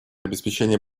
обеспечение